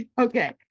okay